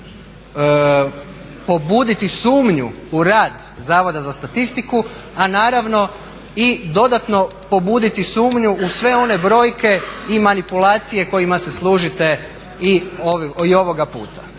pobuditi sumnju u rad Zavoda za statistiku a naravno i dodatno pobuditi sumnju u sve one brojke i manipulacije kojima se služite i ovoga puta.